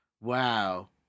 Wow